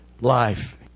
life